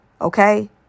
okay